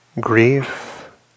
grief